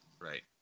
Right